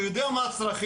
אני יודע מה הצרכים,